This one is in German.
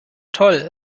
toll